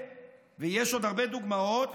ויש עוד הרבה דוגמאות,